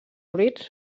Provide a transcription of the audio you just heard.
fruits